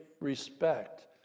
respect